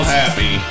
happy